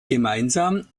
gemeinsam